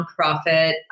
nonprofit